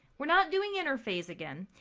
we're not doing interphase again.